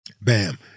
Bam